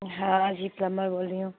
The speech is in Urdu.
ہاں جی پلمبر بول رہی ہوں